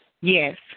Yes